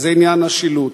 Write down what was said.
וזה עניין השילוט,